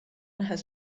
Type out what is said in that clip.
has